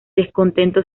descontento